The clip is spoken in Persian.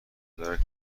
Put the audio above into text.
درک